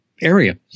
area